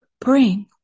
Bring